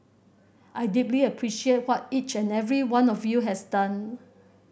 I deeply appreciate what each and every one of you has done